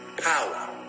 Power